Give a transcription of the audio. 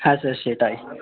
হ্যাঁ স্যার সেটাই